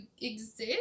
exist